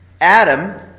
Adam